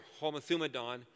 homothumadon